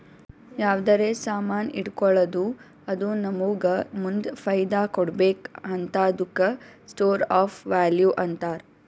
ಯಾವ್ದರೆ ಸಾಮಾನ್ ಇಟ್ಗೋಳದ್ದು ಅದು ನಮ್ಮೂಗ ಮುಂದ್ ಫೈದಾ ಕೊಡ್ಬೇಕ್ ಹಂತಾದುಕ್ಕ ಸ್ಟೋರ್ ಆಫ್ ವ್ಯಾಲೂ ಅಂತಾರ್